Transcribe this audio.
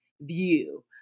view